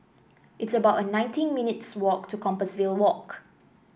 it's about nineteen minutes' walk to Compassvale Walk